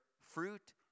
fruit